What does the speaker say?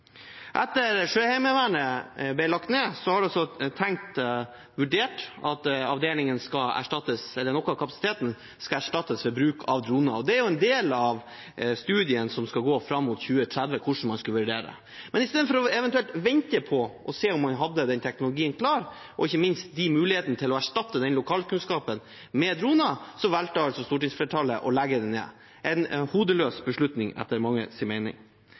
Etter at Sjøheimevernet ble lagt ned, er det altså vurdert at avdelingen, eller noe av kapasiteten, skal erstattes ved bruk av droner. Hvordan man skal vurdere det, er en del av studiene som skal gå fram mot 2030. Men istedenfor eventuelt å vente på og se om man hadde den teknologien klar, ikke minst de mulighetene til å erstatte den lokalkunnskapen med droner, valgte altså stortingsflertallet å legge det ned. Det er en hodeløs beslutning, etter manges mening.